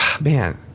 Man